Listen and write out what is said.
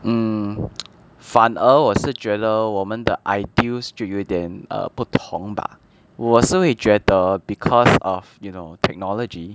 mm 反而我是觉得我们的 ideals 就有点 err 不同吧我是会觉得 because of you know technology